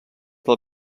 del